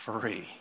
free